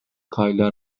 کایلا